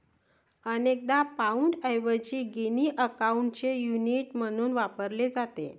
अनेकदा पाउंडऐवजी गिनी अकाउंटचे युनिट म्हणून वापरले जाते